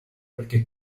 perché